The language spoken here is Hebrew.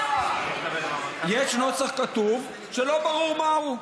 אתה לא יודע, כי, יש נוסח כתוב שלא ברור מהו.